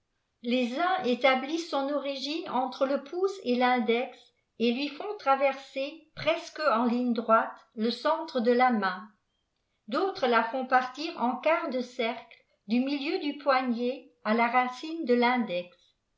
les uns établissent son origine çntre le k iicé et tindex et lui font traverser presque en ligne droiteje centre de la main d'autres la font partir en quart de cercle du milieu du poignet à la racine de